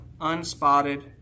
unspotted